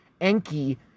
Enki